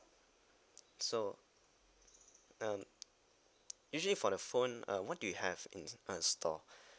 so um usually for the phone uh what do you have in uh store